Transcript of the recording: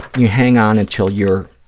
you hang on until you're